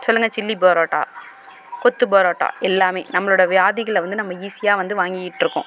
சொல்லுங்கள் சில்லி பரோட்டா கொத்து பரோட்டா எல்லாம் நம்மளோட வியாதிகளை வந்து நம்ம ஈஸியாக வந்து வாங்கிகிட்டு இருக்கோம்